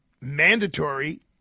mandatory